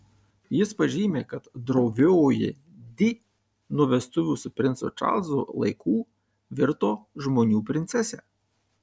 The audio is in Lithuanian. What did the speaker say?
jis pažymi kad drovioji di nuo vestuvių su princu čarlzu laikų virto žmonių princese